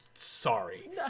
sorry